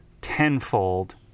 tenfold